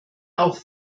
auch